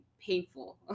painful